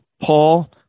Paul